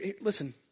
Listen